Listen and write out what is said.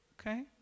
okay